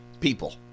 people